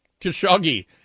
Khashoggi